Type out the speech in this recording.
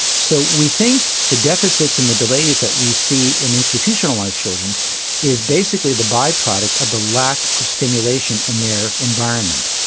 so we think the deficits and the delays that we see in institutionalised children is basically the by-product of the lack of stimulation in their environment.